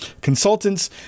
consultants